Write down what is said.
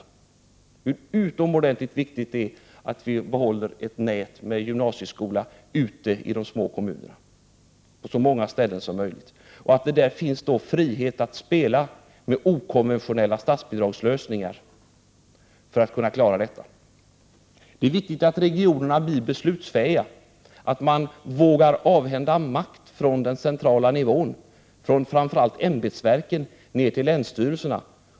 Det är utomordentligt viktigt att behålla ett nät med gymnasieskolor ute i de små kommunerna på så många ställen som möjligt och att det där finns frihet att spela med okonventionella statsbidragslösningar för att kunna klara detta. Det är viktigt att regionerna blir beslutsfähiga och att man vågar avhända makt från den centrala nivån, framför allt från ämbetsverken, till länsstyrelserna.